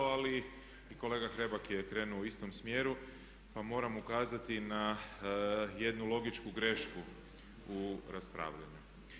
Ali kolega Hrebak je krenuo u istom smjeru pa moram ukazati na jednu logičnu grešku u raspravljanju.